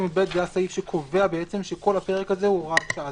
סעיף 20יב הוא הסעיף שקובע שכל הפרק הזה הוא הוראת שעה,